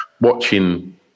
watching